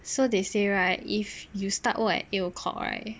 so they say right if you start work at eight O'clock right